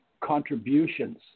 contributions